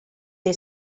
dei